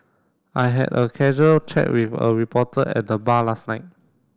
I had a casual chat with a reporter at the bar last night